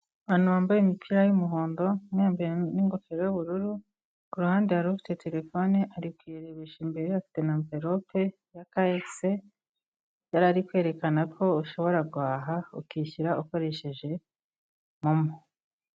Abantu wambaye imipira y'umuhondo, n'ingofero y'ubururu ku ruhande yari ufite telefone ari kurebesha imbere afite navelope ya kfc yarari kwerekana ko ushobora guhaha ukishyira ukoresheje momo.